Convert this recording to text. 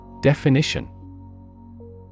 Definition